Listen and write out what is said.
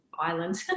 island